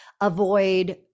avoid